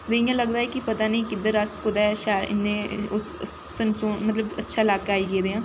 फिर इ'यां लगदा ऐ कि पता निं किद्धर अस कुतै शैल इन्ने उस मतलब अच्छा लाका आई गेदे आं